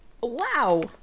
Wow